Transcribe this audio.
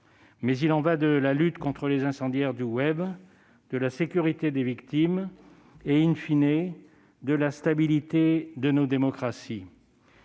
mais il y va de la lutte contre les incendiaires du web, de la sécurité des victimes et,, de la stabilité de nos démocraties.